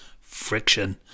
friction